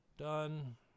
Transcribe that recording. done